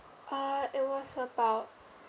uh it was about